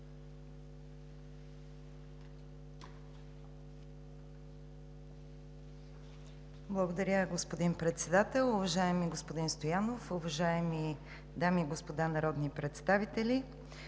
Благодаря, господин Председател. Уважаеми господин Председател, дами и господа народни представители!